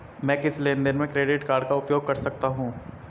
मैं किस लेनदेन में क्रेडिट कार्ड का उपयोग कर सकता हूं?